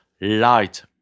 light